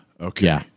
Okay